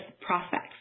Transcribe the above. prospects